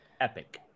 Epic